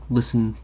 listen